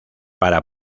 para